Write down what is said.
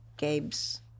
Gabe's